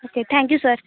okay thank you sir